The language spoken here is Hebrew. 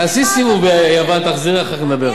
תעשי סיבוב ביוון, תחזרי, אחרי כן נדבר.